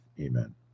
Amen